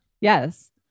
Yes